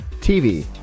TV